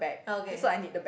okay